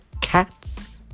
cats